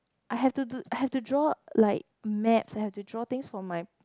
I have to to I have to draw like maps I have to draw things from my